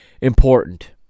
important